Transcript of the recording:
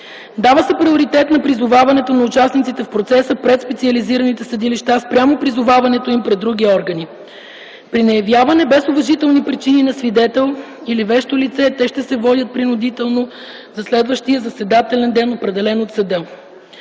дава се приоритет на призоваването на участниците в процеса пред специализираните съдилища спрямо призоваването им пред други органи; 4. при неявяване без уважителни причини на свидетел или вещо лице, те ще се водят принудително за следващия заседателен ден, определен от съда;